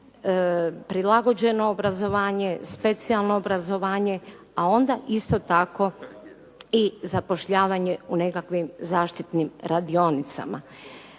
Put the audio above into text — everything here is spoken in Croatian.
prilagođeno obrazovanje, specijalno obrazovanje, a onda isto tako i zapošljavanje u nekakvim zaštitnim radionicama.